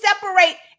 separate